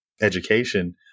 education